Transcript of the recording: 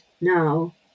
now